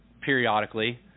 periodically